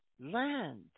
land